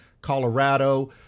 Colorado